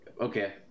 Okay